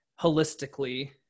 holistically